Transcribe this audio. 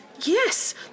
yes